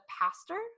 pastor